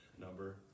number